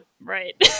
Right